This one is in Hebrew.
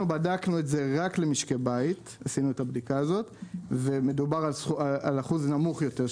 בדקנו את זה רק למשקי בית ומדובר על אחוז נמוך יותר,